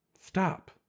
stop